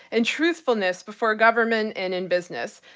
and truthfulness before government and in business.